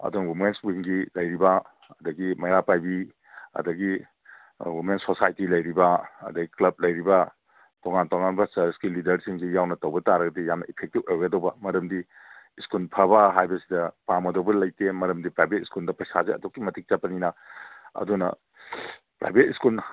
ꯑꯗꯨ ꯋꯨꯃꯦꯟꯁ ꯁ꯭ꯀꯨꯜꯒꯤ ꯂꯩꯔꯤꯕ ꯑꯗꯒꯤ ꯃꯩꯔꯥ ꯄꯥꯏꯕꯤ ꯑꯗꯒꯤ ꯋꯨꯃꯦꯟꯁ ꯁꯣꯁꯥꯏꯇꯤ ꯂꯩꯔꯤꯕ ꯑꯗꯩ ꯀ꯭ꯂꯞ ꯂꯩꯔꯤꯕ ꯇꯣꯉꯥꯟ ꯇꯣꯉꯥꯟꯕ ꯆꯔꯆꯀꯤ ꯂꯤꯗꯔꯁꯤꯡꯁꯨ ꯌꯥꯎꯅ ꯇꯧꯕ ꯇꯥꯔꯒꯗꯤ ꯌꯥꯝꯅ ꯏꯐꯦꯛꯇꯤꯞ ꯑꯣꯏꯒꯗꯧꯕ ꯃꯔꯝꯗꯤ ꯁ꯭ꯀꯨꯟ ꯐꯕ ꯍꯥꯏꯕꯁꯤꯗ ꯄꯥꯝꯃꯣꯏꯗꯧꯕ ꯂꯩꯇꯦ ꯃꯔꯝꯗꯤ ꯄ꯭ꯔꯥꯏꯚꯦꯠ ꯁ꯭ꯀꯨꯜꯗ ꯄꯩꯁꯥꯁꯦ ꯑꯗꯨꯛꯀꯤ ꯃꯇꯤꯛ ꯆꯠꯄꯅꯤꯅ ꯑꯗꯨꯅ ꯄ꯭ꯔꯥꯏꯚꯦꯠ ꯁ꯭ꯀꯨꯟ